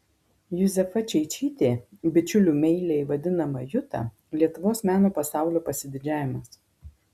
juzefa čeičytė bičiulių meiliai vadinama juta lietuvos meno pasaulio pasididžiavimas